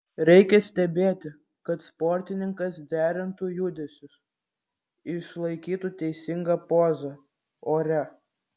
reikia stebėti kad sportininkas derintų judesius išlaikytų teisingą pozą ore